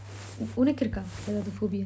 உன்னக்கு இருக்க எதாவுது:unnaku iruka yeathavuthu phobia